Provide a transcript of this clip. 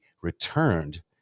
returned